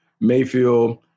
Mayfield